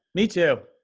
me too.